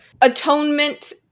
atonement